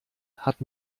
hat